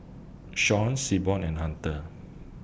Shawn Seaborn and Hunter